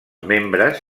membres